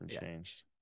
changed